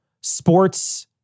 sports